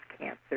cancer